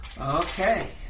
Okay